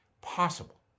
Possible